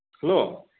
hello